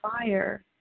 fire